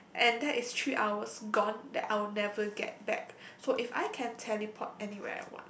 and that's three hours gone that I will never get back so if I can teleport anywhere I want